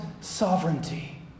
sovereignty